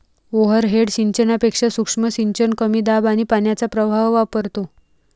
overhead सिंचनापेक्षा सूक्ष्म सिंचन कमी दाब आणि पाण्याचा प्रवाह वापरतो